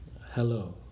Hello